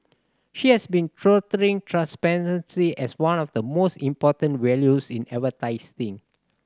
she has been touting transparency as one of the most important values in advertising